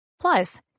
Plus